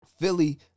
Philly